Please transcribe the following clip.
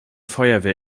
feuerwehr